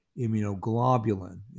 immunoglobulin